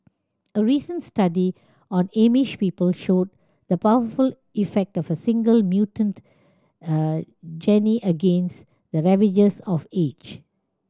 a recent study on Amish people showed the powerful effect of a single mutant gene against the ravages of age